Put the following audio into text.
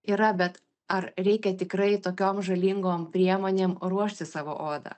yra bet ar reikia tikrai tokiom žalingom priemonėm ruošti savo odą